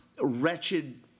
wretched